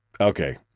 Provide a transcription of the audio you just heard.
Okay